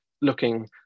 looking